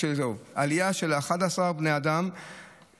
עלייה של 11 בני אדם,